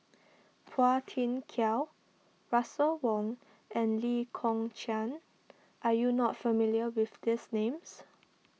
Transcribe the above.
Phua Thin Kiay Russel Wong and Lee Kong Chian are you not familiar with these names